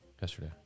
yesterday